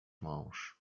mąż